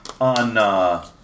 On